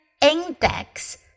index